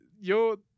yo